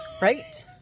right